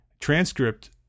Transcript